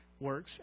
works